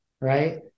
right